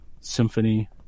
symphony